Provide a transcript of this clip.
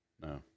No